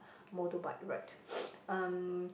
motor bike ride um